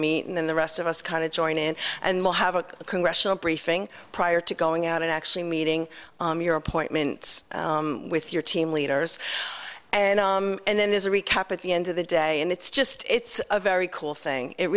meet and then the rest of us kind of join in and we'll have a congressional briefing prior to going out and actually meeting your appointments with your team leaders and and then there's a recap at the end of the day and it's just it's a very cool thing it